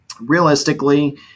realistically